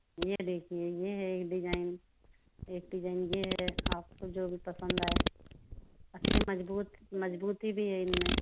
ये देखिये ये है एक डिजाइन एक डिजाइन यह है आपको जो भी पसंद आए अच्छे मजबूत मजबूती भी है इनमें